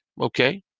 okay